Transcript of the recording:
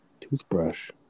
Toothbrush